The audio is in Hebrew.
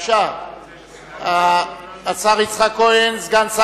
חושב שהמים יזרמו בכיוון שהם רוצים שהם